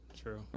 true